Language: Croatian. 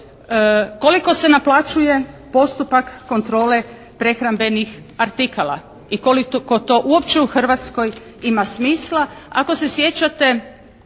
Koliko se naplaćuje postupak kontrole prehrambenih artikala i koliko to uopće u Hrvatskoj ima smisla? Ako se sjećate